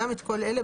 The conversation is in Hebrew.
גם את כל אלה,